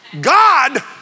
God